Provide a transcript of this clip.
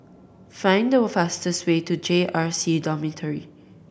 find the fastest way to J R C Dormitory